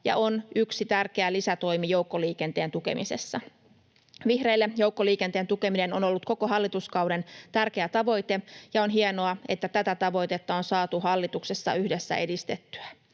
ja on yksi tärkeä lisätoimi joukkoliikenteen tukemisessa. Vihreille joukkoliikenteen tukeminen on ollut koko hallituskauden tärkeä tavoite, ja on hienoa, että tätä tavoitetta on saatu hallituksessa yhdessä edistettyä.